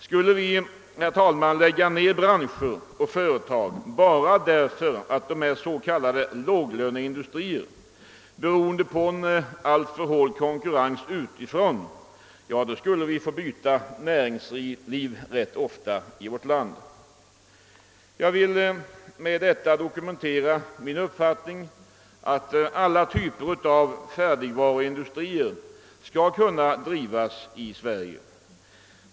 Skulle vi, herr talman, lägga ned branscher och företag bara därför att de är av låglönetyp, till följd av en alltför hård konkurrens utifrån, skulle vi få byta näringsliv ganska ofta i vårt land. Jag vill med det sagda dokumentera min uppfattning att alla typer av färdigvaruindustrier skall kunna drivas i Sverige.